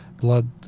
blood